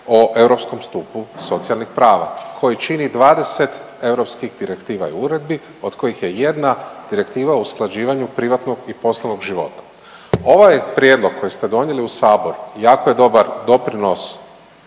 o europskom stupu socijalnih prava koji čini 20 europskih direktiva i uredbi od kojih je jedna direktiva o usklađivanju privatnog i poslovnog života. Ovaj prijedlog kojeg ste donijeli u Sabor jako je dobar doprinos